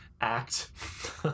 Act